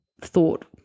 thought